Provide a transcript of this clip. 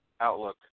outlook